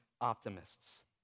optimists